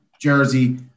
jersey